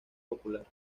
popular